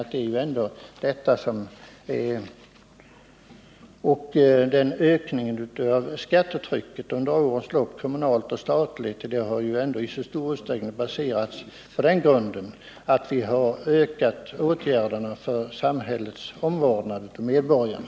Ökningen av det kommunala och statliga skattetrycket under årens lopp nar ändå i stor utsträckning baserats på den grunden att vi har byggt ut åtgärderna för samhällets omvårdnad av medborgarna.